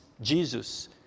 Jesus